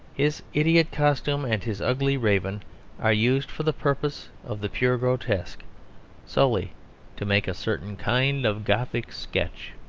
his idiot costume and his ugly raven are used for the purpose of the pure grotesque solely to make a certain kind of gothic sketch.